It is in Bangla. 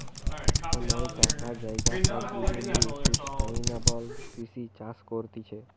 সময়, টাকা, জায়গা সব বুঝে লিয়ে সুস্টাইনাবল কৃষি চাষ করতিছে